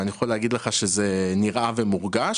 ואני יכול להגיד לך שזה נראה ומורגש,